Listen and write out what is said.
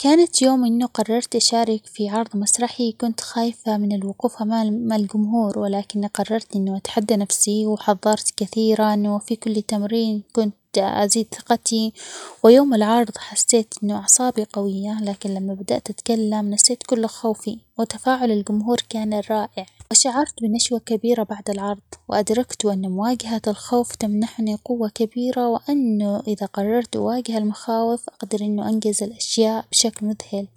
كانت يوم إنه قررت أشارك في عرض مسرحي كنت خايفة من الوقوف -أما - أمام الجمهور ،ولكنى قررت إنه أتحدى نفسي، وحظرت كثيرًا وفي كل تمرين كنت أزيد ثقتي، ويوم العرض حسيت إنه أعصابي قوية، لكن لما بدأت أتكلم نسيت كل خوفي وتفاعل الجمهور كان رائع ، وشعرت بنشوة كبيرة بعد العرض ،وأدركت أن مواجهة الخوف تمنحني قوة كبيرة، وأنه إذا قررت أواجه المخاوف أقدر إنه أنجز الأشياء بشكل مذهل.